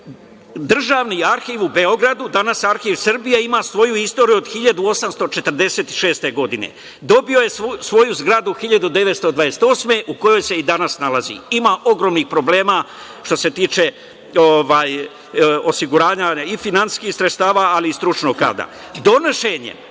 Državni arhiv u Beogradu, danas Arhiv Srbije, ima svoju istoriju od 1846. godine, dobio je svoju zgradu 1928. godine u kojoj se i danas nalazi. Ima ogromnih problema što se tiče osiguranja i finansijskih sredstava, ali i stručnog kadra.